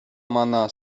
manā